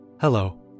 Hello